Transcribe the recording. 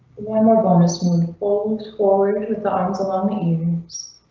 one more bonus would fold forward with with the arms along the evenings,